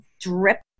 drip